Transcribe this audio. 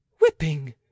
whipping